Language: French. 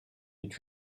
est